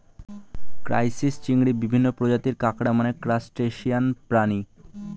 crisis, চিংড়ি, বিভিন্ন প্রজাতির কাঁকড়া মানে ক্রাসটেসিয়ান প্রাণী